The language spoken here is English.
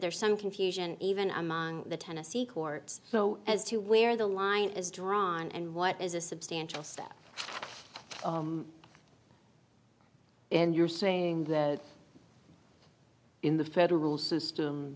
there's some confusion even among the tennessee courts so as to where the line is drawn and what is a substantial step and you're saying that in the federal system